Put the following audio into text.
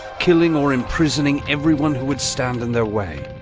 killing or imprisoning everyone who would stand in their way.